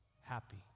happy